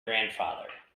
grandfather